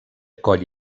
coll